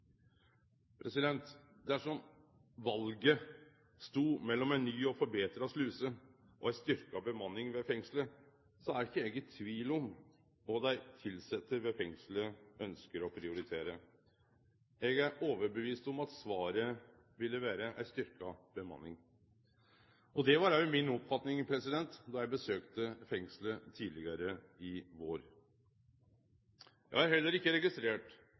Dersom valet stod mellom ei ny og forbetra sluse og ei styrkt bemanning ved fengselet, er eg ikkje i tvil om kva dei tilsette ved fengselet ønskjer å prioritere. Eg er overtydd om at svaret ville vere ei styrkt bemanning. Det var også mi oppfatning då eg besøkte fengselet tidlegare i vår. Eg har heller ikkje registrert